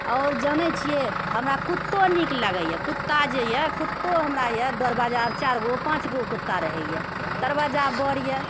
आओर जानए छिऐ हमरा कुत्तो निक लागेैए कुत्ता जे यऽ कुत्तो हमरा यऽ दरवाजा पर चारिगो पाँचगो कुत्ता रहैए दरवाजा बड़ यऽ